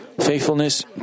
faithfulness